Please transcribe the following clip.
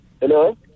Hello